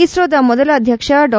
ಇಸ್ರೋದ ಮೊದಲ ಅಧ್ಯಕ್ಷ ಡಾ